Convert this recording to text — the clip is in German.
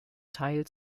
teil